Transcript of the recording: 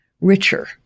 richer